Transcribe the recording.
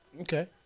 Okay